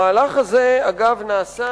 המהלך הזה, אגב, נעשה